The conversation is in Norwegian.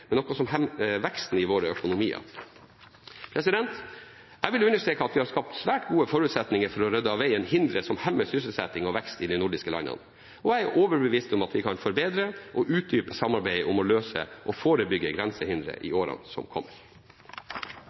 men noe som hemmer veksten i våre økonomier. Jeg vil understreke at vi har skapt svært gode forutsetninger for å rydde av veien hindre som hemmer sysselsetting og vekst i de nordiske landene. Jeg er også overbevist om at vi kan forbedre og utdype samarbeidet om å løse og forebygge grensehindre i årene som kommer.